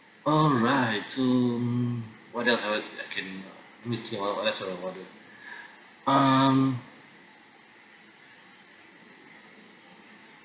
alright so mm what else I would can uh do to what else shouId I order um